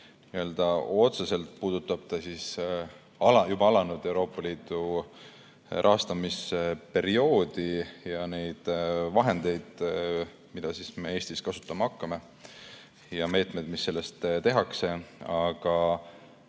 Otseselt puudutab see juba alanud Euroopa Liidu rahastamisperioodi ja neid vahendeid, mida me Eestis kasutama hakkame, ning meetmeid, mis selle raha eest tehakse, aga